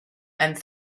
and